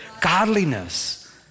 godliness